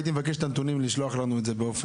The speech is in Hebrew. הייתי מבקש לשלוח לנו את הנתונים.